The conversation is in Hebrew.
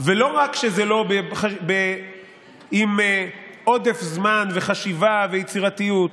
ולא רק שזה לא עם עודף זמן וחשיבה ויצירתיות,